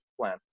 plan